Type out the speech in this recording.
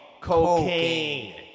Cocaine